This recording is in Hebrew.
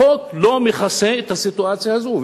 החוק לא מכסה את הסיטואציה הזו,